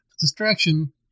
distraction